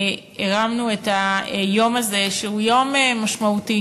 הרמנו את היום הזה, שהוא יום משמעותי.